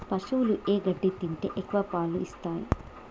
పశువులు ఏ గడ్డి తింటే ఎక్కువ పాలు ఇస్తాయి?